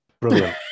Brilliant